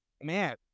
man